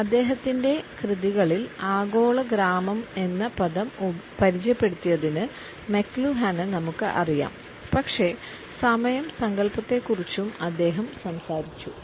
അദ്ദേഹത്തിന്റെ കൃതികളിൽ ആഗോള ഗ്രാമം എന്ന പദം പരിചയപ്പെടുത്തിയതിന് മക്ലൂഹാനെ നമുക്ക് അറിയാം പക്ഷേ സമയ സങ്കൽപ്പത്തെക്കുറിച്ചും അദ്ദേഹം സംസാരിച്ചു